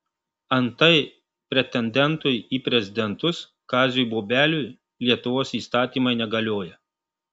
antai pretendentui į prezidentus kaziui bobeliui lietuvos įstatymai negalioja